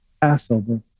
Passover